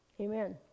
amen